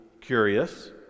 curious